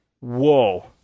whoa